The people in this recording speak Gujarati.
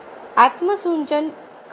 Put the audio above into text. આત્મ સૂચન કંઈક ખૂબ જ રસપ્રદ છે